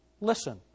listen